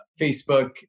Facebook